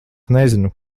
nezinu